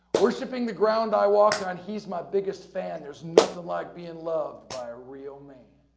worshipping the ground, i walk on he's my biggest fan. there's nothing like being loved by a real man.